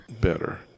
better